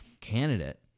candidate